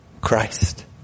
Christ